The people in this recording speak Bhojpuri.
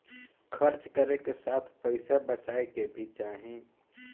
खर्च करे के साथ पइसा बचाए के भी चाही